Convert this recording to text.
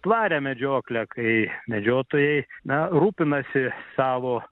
tvarią medžioklę kai medžiotojai na rūpinasi savo